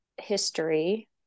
history